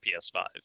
PS5